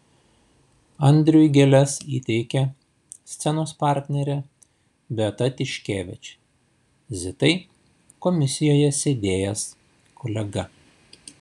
andriui gėles įteikė scenos partnerė beata tiškevič zitai komisijoje sėdėjęs kolega